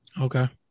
Okay